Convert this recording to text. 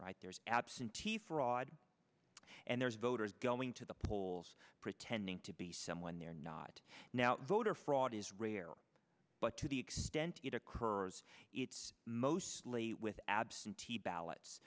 right there's absentee fraud and there's voters going to the polls pretending to be someone they're not now voter fraud is rare but to the extent it occurs it's mostly with absentee ballots